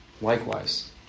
Likewise